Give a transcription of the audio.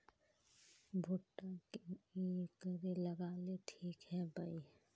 भुट्टा की करे लगा ले ठिक है बय?